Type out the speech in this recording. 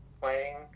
playing